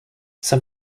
some